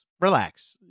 relax